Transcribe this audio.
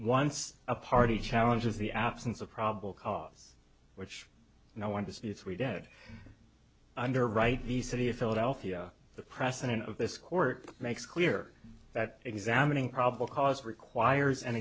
once a party challenges the absence of probable cause which no one disputes we did under right the city of philadelphia the precedent of this court makes clear that examining probable cause